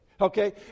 okay